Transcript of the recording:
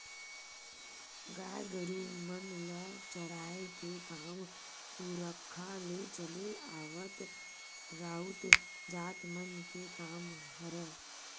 गाय गरु मन ल चराए के काम पुरखा ले चले आवत राउत जात मन के काम हरय